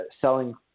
selling